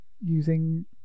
Using